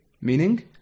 Meaning